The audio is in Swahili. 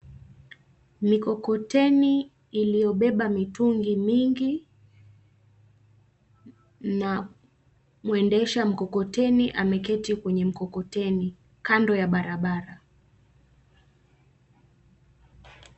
Mikokoteni iyobeba mitungi mingi na mwendesha mkokoteni ameketi kwenye mkokoteni, kando ya barabara.